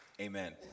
Amen